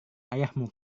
ayahmu